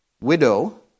widow